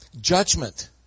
judgment